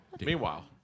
Meanwhile